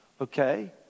Okay